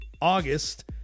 August